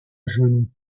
genoux